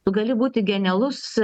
tu gali būti genialus